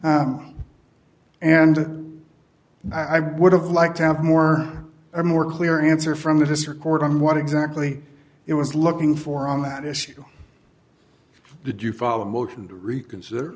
and i would have liked to have more or more clear answer from this record on what exactly it was looking for on that issue did you follow a motion to reconsider